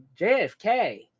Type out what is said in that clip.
JFK